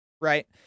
right